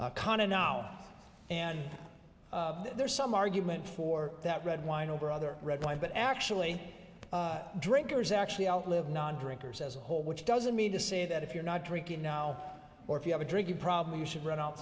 qana now and there's some argument for that red wine over other red wine but actually drinkers actually outlive nondrinkers as a whole which doesn't mean to say that if you're not drinking now or if you have a drinking problem you should run out